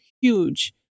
huge